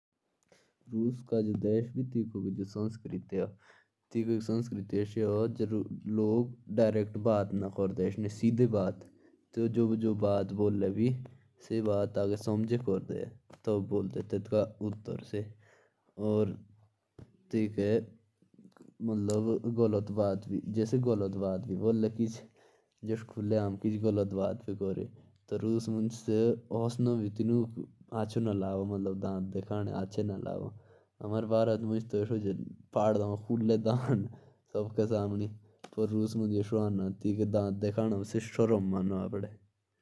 जो रूस की संस्कृति है अगर वहाँ कोई भी बात होती है तो उन्हें पहले उस बात का उत्तर चाहिए तब तक वो बात को नहीं मानते।